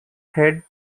head